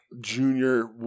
junior